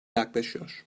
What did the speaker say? yaklaşıyor